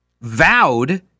vowed